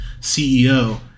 CEO